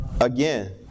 again